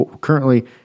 currently